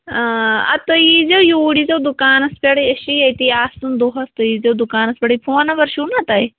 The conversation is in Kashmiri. اَدٕ تُہۍ ییٖزیو یوٗرۍ ییٖزیو دُکانَس پٮ۪ٹھٕے أسۍ چھِ ییٚتی آسان دۄہَس تُہۍ ییٖزیو دُکانَس پٮ۪ٹھٕے فون نمبر چھُو نا تۄہہِ